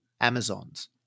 Amazons